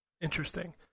interesting